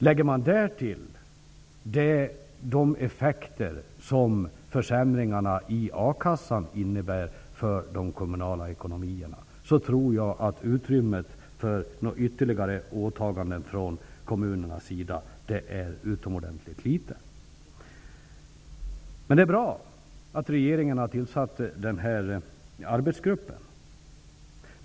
Lägger man därtill vad effekten av försämringarna i a-kassan kan innebära för de kommunala ekonomierna, tror jag att utrymmet för ytterligare åtaganden från kommunernas sida är utomordentligt litet. Det är bra att regeringen har tillsatt denna arbetsgrupp.